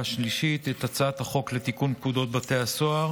השלישית את הצעת חוק לתיקון פקודת בתי הסוהר